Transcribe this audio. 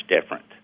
different